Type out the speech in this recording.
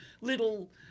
little